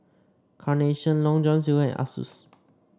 Carnation Long John Silver and Asus